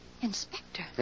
Inspector